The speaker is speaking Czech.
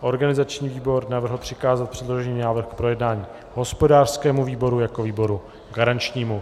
Organizační výbor navrhl přikázat předložený návrh k projednání hospodářskému výboru jako výboru garančnímu.